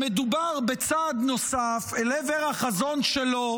שמדובר בצעד נוסף אל עבר החזון שלו,